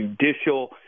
judicial